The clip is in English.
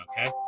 okay